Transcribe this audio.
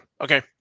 Okay